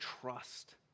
trust